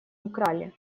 украли